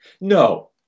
No